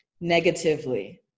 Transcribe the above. negatively